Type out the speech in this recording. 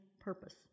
purpose